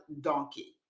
donkey